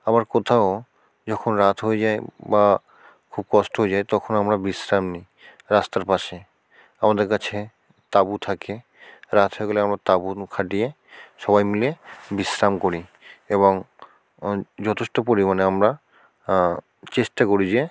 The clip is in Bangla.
আবার কোথাও যখন রাত হয়ে যায় বা খুব কষ্ট হয়ে যায় তখন আমরা বিশ্রাম নিই রাস্তার পাশে আমাদের কাছে তাঁবু থাকে রাত হয়ে গেলে আমরা তাঁবু খাটিয়ে সবাই মিলে বিশ্রাম করি এবং যথেষ্ট পরিমাণে আমরা চেষ্টা করি যে